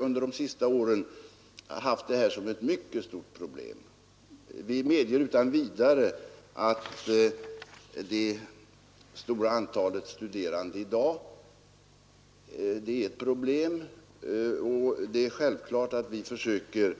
Under de senaste åren har det här varit ett mycket stort problem för oss, det medger vi utan vidare. Antalet studerande är i dag stort, och det är självklart att vi försöker